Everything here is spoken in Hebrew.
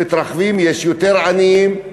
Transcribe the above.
יש יותר עניים,